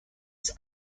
his